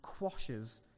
quashes